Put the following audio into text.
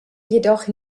jedoch